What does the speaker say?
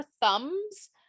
thumbs